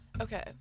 Okay